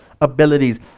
abilities